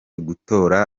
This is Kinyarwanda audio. gutora